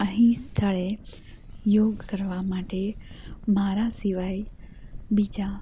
અહીં સ્થળે યોગ કરવા માટે મારા સિવાય બીજા